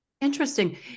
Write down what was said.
Interesting